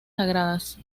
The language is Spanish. sagradas